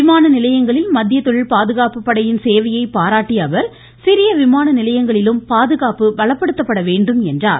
விமான நிலையங்களில் மத்திய தொழில்பாதுகாப்பு படையின் சேவையை பாராட்டிய அவர் சிறிய விமான நிலையங்களிலும் பாதுகாப்பு பலப்படுத்தப்பட வேண்டும் என்றார்